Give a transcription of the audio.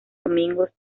domingos